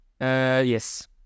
Yes